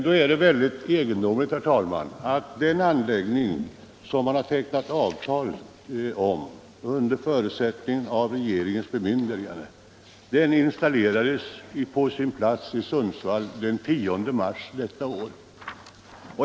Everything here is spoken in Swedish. Då är det mycket egendomligt, herr talman, att den anläggning som man har tecknat avtal om under förutsättning av regeringens bemyndigande installerades på sin plats i Sundsvall den 10 mars detta år.